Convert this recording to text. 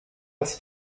das